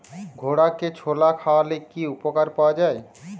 ঘোড়াকে ছোলা খাওয়ালে কি উপকার পাওয়া যায়?